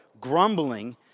Grumbling